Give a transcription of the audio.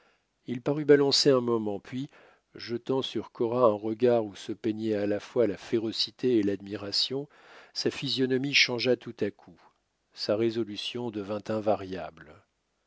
il parut balancer un moment puis jetant sur cora un regard où se peignait à la fois la férocité et l'admiration sa physionomie changea tout à coup sa résolution devint invariable